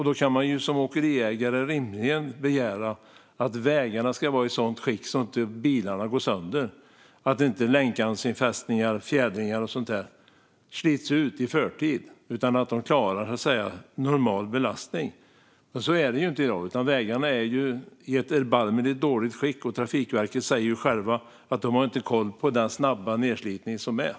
Då kan man som åkeriägare rimligen begära att vägarna ska vara i ett sådant skick att bilarna inte går sönder och att länkarmsinfästningar, fjädringar och sådant inte slits ut i förtid utan klarar en normal belastning. Så är det inte i dag, utan vägarna är i ett erbarmligt dåligt skick. Trafikverket säger själva att de inte har koll på den snabba nedslitning som sker.